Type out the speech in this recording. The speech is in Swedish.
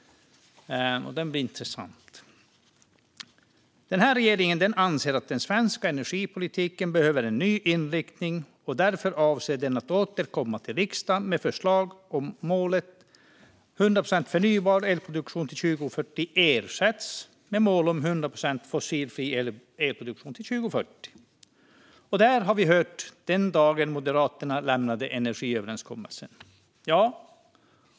Det blir intressant. Denna regering anser att den svenska energipolitiken behöver en ny inriktning. Därför avser den att återkomma till riksdagen med förslag om att målet om 100 procent förnybar elproduktion till 2040 ersätts med målet om 100 procent fossilfri elproduktion till 2040. Detta har vi hört sedan den dagen Moderaterna lämnade energiöverenskommelsen.